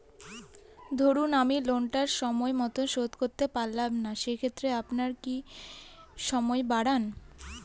ধরুন আমি লোনটা সময় মত শোধ করতে পারলাম না সেক্ষেত্রে আপনার কি আরো সময় বাড়ান?